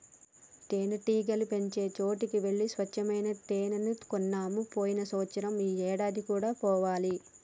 తేనెటీగలు పెంచే చోటికి వెళ్లి స్వచ్చమైన తేనే కొన్నాము పోయిన సంవత్సరం ఈ ఏడు కూడా పోవాలి